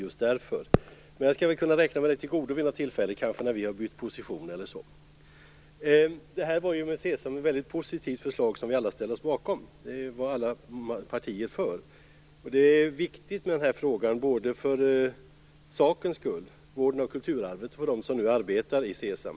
Men jag skall väl kunna räkna mig detta till godo vid något tillfälle, kanske när vi har bytt position. Det här med SESAM var ett positivt förslag som vi alla ställde oss bakom. Alla partier var för detta. Den här frågan är viktig både för sakens skull - vården av kulturarvet - och för dem som nu arbetar i SESAM.